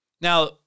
Now